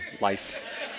lice